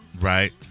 Right